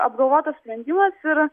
apgalvotas sprendimas ir